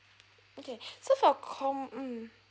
okay so for com~ mm